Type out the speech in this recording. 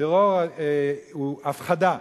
טרור זה הפחדה.